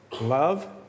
love